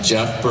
Jeff